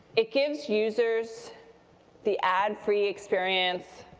it gives users the ad-free experience,